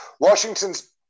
Washington's